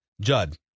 Judd